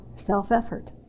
self-effort